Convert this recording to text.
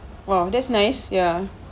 !wow! that's nice ya